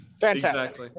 Fantastic